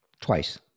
Twice